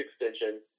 extension